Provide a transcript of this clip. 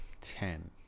ten